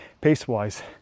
pace-wise